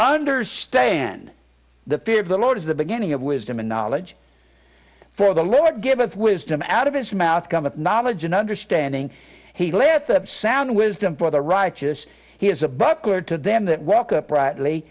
understand the fear of the lord is the beginning of wisdom and knowledge for the lord giveth wisdom out of his mouth cometh knowledge and understanding he let them sound wisdom for the righteous he is a butler to them that walk up rightly